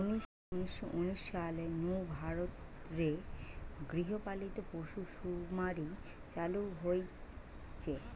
উনিশ শ উনিশ সাল নু ভারত রে গৃহ পালিত পশুসুমারি চালু হইচে